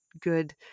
good